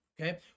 Okay